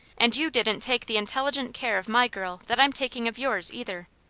and you didn't take the intelligent care of my girl that i'm taking of yours, either.